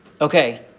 okay